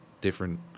different